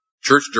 Church